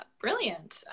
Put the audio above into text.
brilliant